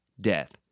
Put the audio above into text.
death